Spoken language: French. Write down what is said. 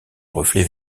reflets